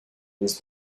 was